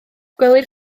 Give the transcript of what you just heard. gwelir